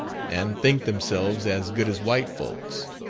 and think themselves as good as white folks.